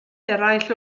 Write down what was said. eraill